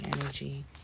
energy